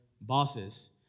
bosses